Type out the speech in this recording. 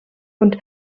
und